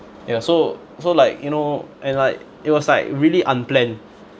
ya so so like you know and like it was like really unplanned